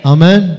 Amen